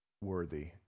worthy